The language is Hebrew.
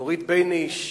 דורית בייניש,